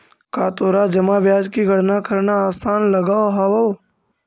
का तोरा जमा ब्याज की गणना करना आसान लगअ हवअ